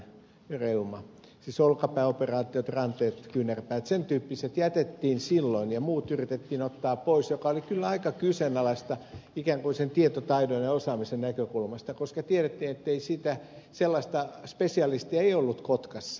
siis olkapääoperaatiot ranteet kyynärpäät sen tyyppiset jätettiin silloin ja muut yritettiin ottaa pois mikä oli kyllä aika kyseenalaista ikään kuin tietotaidon ja osaamisen näkökulmasta koska tiedettiin ettei sellaista spesialistia ollut kotkassa